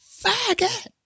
faggot